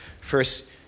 first